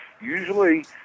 usually